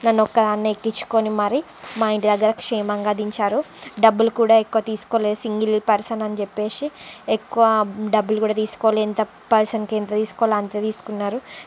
నన్ను ఒక్కదానినే ఎక్కించుకోని మరి మా ఇంటి దగ్గర క్షేమంగా దించారు డబ్బులు కూడా ఎక్కువ తీసుకోలేదు సింగిల్ పర్సన్ అని చెప్పేసి ఎక్కువ డబ్బులు కూడా తీసుకోలేదు ఎంత ఒక్క పర్సన్కి ఎంత తీసుకోవాలో అంతే తీసుకున్నారు